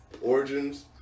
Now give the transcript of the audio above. Origins